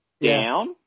down